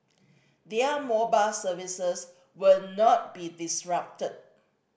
their mobile services will not be disrupted